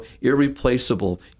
irreplaceable